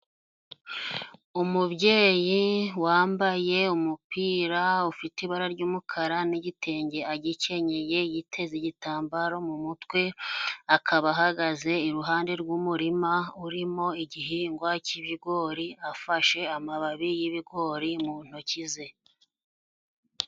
Umubyeyi wambaye umupira ufite ibara ry'umukara n'igitenge agikenyeye, yiteze igitambaro mu mutwe, akaba ahagaze iruhande rw'umurima urimo igihingwa cy'ibigori, afashe amababi y'ibigori mu ntoki ze.